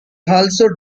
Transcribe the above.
also